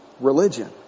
religion